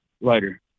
later